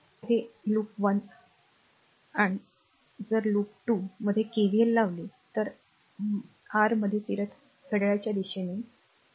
हे R loop 1 आणि आणि जर लूप 2 r मध्ये r KVL लावले तर आर मध्ये फिरत काय घड्याळाच्या दिशेने कॉल करा